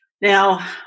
Now